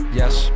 yes